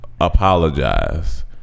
apologize